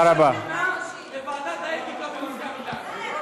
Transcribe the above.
יקרא לחבר כנסת אחר בשמות גנאי כמו חצוף.